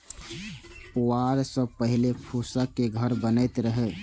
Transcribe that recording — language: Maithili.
पुआर सं पहिने फूसक घर बनैत रहै